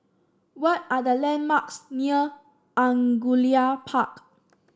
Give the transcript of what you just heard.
what are the landmarks near Angullia Park